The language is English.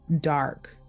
dark